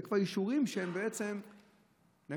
אלה כבר אישורים שהם בעצם פרוצדורה.